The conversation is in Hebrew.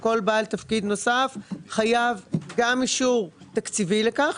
על כל בעל תפקיד נוסף חייב גם אישור תקציבי לכך,